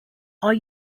are